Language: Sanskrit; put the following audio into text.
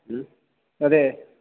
ह्म् तदे